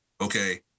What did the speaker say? okay